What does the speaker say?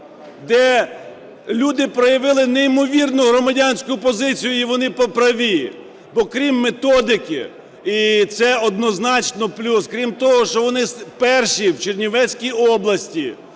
де люди проявили неймовірну громадянську позицію. І вони праві, бо, крім методики… І це однозначно плюс. Крім того, що вони перші в Чернівецькій області